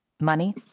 money